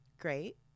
great